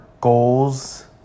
goals